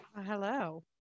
Hello